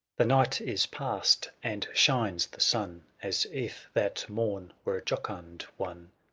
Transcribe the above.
the night is past, and shines the sun as if that morn were a jocund one.